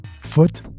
Foot